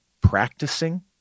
practicing